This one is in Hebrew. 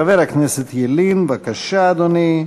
חבר הכנסת ילין, בבקשה, אדוני.